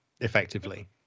effectively